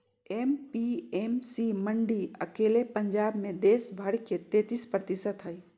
APMC मंडी अकेले पंजाब मे देश भर के तेतीस प्रतिशत हई